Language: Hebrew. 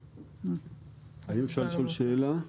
אפשר לשאול שאלה?